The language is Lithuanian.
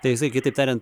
tai jisai kitaip tariant